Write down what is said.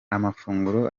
amafunguro